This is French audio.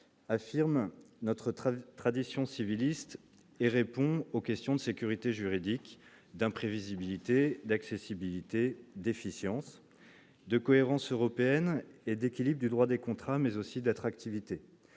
affirme notre travail tradition civiliste et répond aux questions de sécurité juridique d'imprévisibilité d'accessibilité déficiences de cohérence européenne et d'équilibre des droits des contrats, mais aussi d'attractivité,